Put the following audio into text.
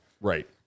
right